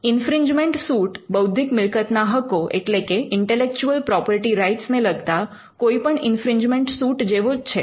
infringement suit બૌદ્ધિક મિલકતના હકો એટલે કે ઇન્ટેલેક્ચુઅલ પ્રોપર્ટી રાઇટ્સ ને લગતા કોઈપણ ઇન્ફ્રિંજમેન્ટ સૂટ જેવો જ હોય છે